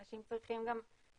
אנשים צריכים גם להסכים